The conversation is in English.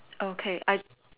okay I